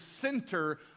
center